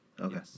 Okay